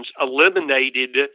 eliminated